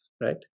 right